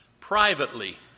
privately